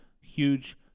huge